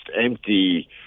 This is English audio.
empty